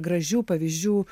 gražių pavyzdžių